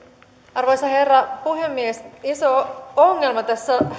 arvoisa herra puhemies iso ongelma tässä